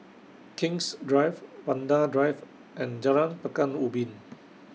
King's Drive Vanda Drive and Jalan Pekan Ubin